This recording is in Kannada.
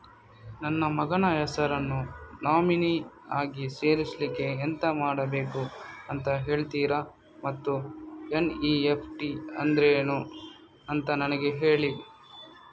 ನನ್ನ ಮಗನ ಹೆಸರನ್ನು ನಾಮಿನಿ ಆಗಿ ಸೇರಿಸ್ಲಿಕ್ಕೆ ಎಂತ ಮಾಡಬೇಕು ಅಂತ ಹೇಳ್ತೀರಾ ಮತ್ತು ಎನ್.ಇ.ಎಫ್.ಟಿ ಅಂದ್ರೇನು ಅಂತ ನನಗೆ ಹೇಳಿ